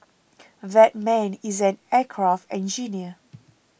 that man is an aircraft engineer